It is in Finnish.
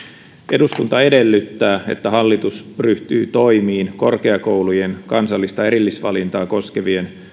eduskunta edellyttää että hallitus ryhtyy toimiin korkeakoulujen kansallista erillisvalintaa koskevien